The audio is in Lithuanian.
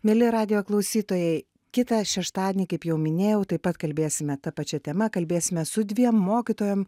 mieli radijo klausytojai kitą šeštadienį kaip jau minėjau taip pat kalbėsime ta pačia tema kalbėsime su dviem mokytojom